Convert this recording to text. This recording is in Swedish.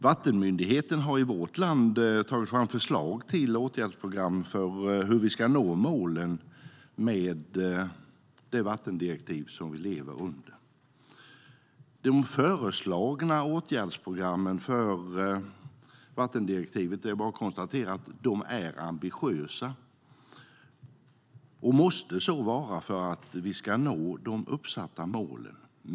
Vattenmyndigheten har i vårt land tagit fram förslag till åtgärdsprogram för hur vi ska nå målen med de vattendirektiv vi lever under. Det är bara att konstatera att de föreslagna åtgärdsprogrammen för vattendirektivet är ambitiösa, och de måste så vara för att vi ska nå de uppsatta målen.